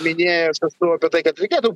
minėjas esu apie tai kad reikėtų